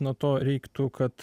nuo to reiktų kad